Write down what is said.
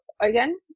again